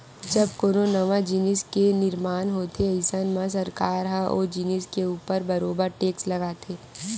जब कोनो नवा जिनिस के निरमान होथे अइसन म सरकार ह ओ जिनिस के ऊपर बरोबर टेक्स लगाथे